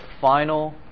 final